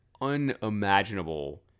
unimaginable